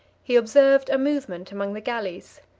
he observed a movement among the galleys.